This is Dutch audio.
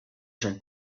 zijn